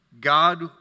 God